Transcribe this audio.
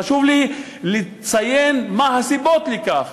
חשוב לי לציין מה הסיבות לכך.